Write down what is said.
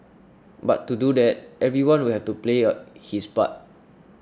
but to do that everyone will have to player his part